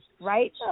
Right